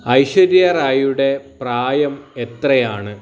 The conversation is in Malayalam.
ഐശ്വര്യ റായിയുടെ പ്രായം എത്രയാണ്